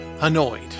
annoyed